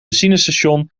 benzinestation